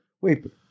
wait